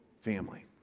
family